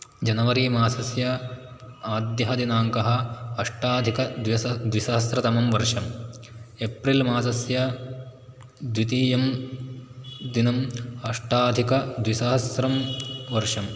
जनवरीमासस्य आद्यः दिनाङ्कः अष्टाधिकद्विसहस्रतमं वर्षं एप्रिल् मासस्य द्वितीयं दिनम् अष्टाधिकद्विसहस्रं वर्षं